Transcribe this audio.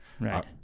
right